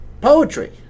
poetry